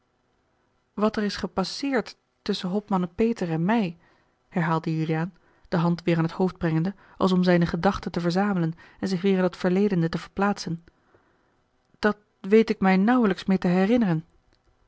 wat er is gepasseerd tusschen hopman peter en mij herhaalde juliaan de hand weêr aan het hoofd brengende als om zijne gedachten te verzamelen en zich weêr in dat verledene te verplaatsen dat weet ik mij nauwelijks meer te herinneren